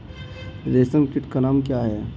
रेशम कीट का नाम क्या है?